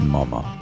Mama